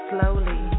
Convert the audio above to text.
Slowly